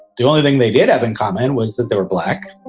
the only thing they did have in common was that they were black